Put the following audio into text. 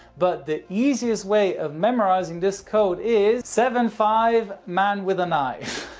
but the easiest way of memorizing this code is seven five man with a knife.